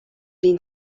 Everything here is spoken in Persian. این